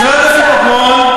משרד הביטחון,